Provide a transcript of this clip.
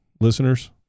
listeners